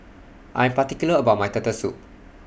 I Am particular about My Turtle Soup